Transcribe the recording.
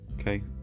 Okay